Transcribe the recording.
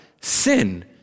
Sin